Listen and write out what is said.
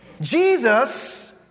Jesus